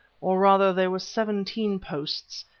or rather there were seventeen posts,